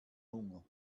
hunger